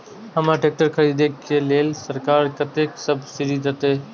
हमरा ट्रैक्टर खरदे के लेल सरकार कतेक सब्सीडी देते?